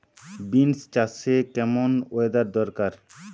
Beans চাষে কেমন weather দরকার?